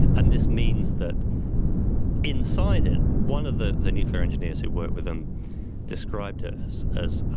and this means that inside it, one of the the nuclear engineers who worked with them described ah as as